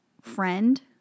friend